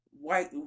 white